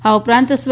આ ઉપરાંત સ્વ